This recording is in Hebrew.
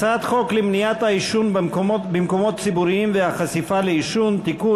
הצעת חוק למניעת העישון במקומות ציבוריים והחשיפה לעישון (תיקון,